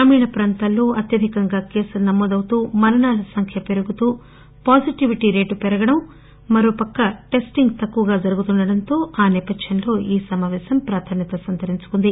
గ్రామీణ ప్రాంతాల్లో అత్యధికంగా కేసులు నమోదవుతూ మరణాల సంఖ్య పెరుగుతూ పాజిటివిటీ రేటు పెరగడం మరోపక్కన టెస్టింగ్ తక్కువగా జరుగుతుండటం వంటి నేపథ్యంలో ఈ సమాపేశం ప్రాధాన్యత సంతరించుకుంది